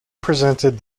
presented